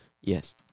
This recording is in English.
yes